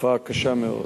תופעה קשה מאוד.